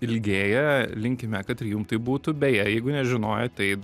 ilgėja linkime kad ir jum taip būtų beje jeigu nežinojot tai